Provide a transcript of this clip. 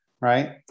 right